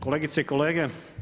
Kolegice i kolege.